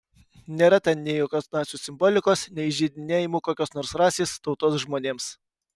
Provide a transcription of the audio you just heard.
nėra ten nei jokios nacių simbolikos nei įžeidinėjimų kokios nors rasės tautos žmonėms